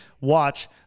watch